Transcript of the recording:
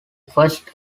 first